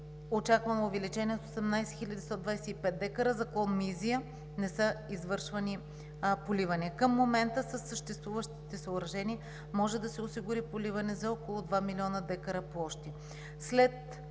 очаквано увеличение с 18 125 декара; за клон Мизия не са извършвани поливания. Към момента със съществуващите съоръжения може да се осигури поливане за около два милиона декара площи.